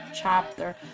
chapter